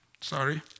sorry